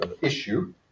issue